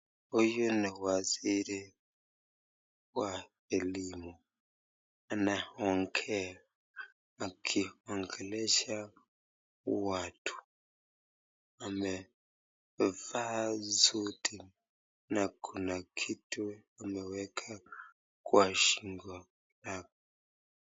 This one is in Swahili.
Huyu ni waziri wa elimu anaongea akiongelesha watu, amevaa suti na kuna kitu ameweka kwa shingo yake.